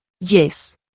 Yes